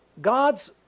God's